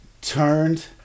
turned